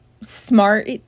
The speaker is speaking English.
smart